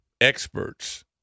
Experts